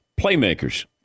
Playmakers